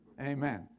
Amen